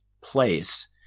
place